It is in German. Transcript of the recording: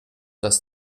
dass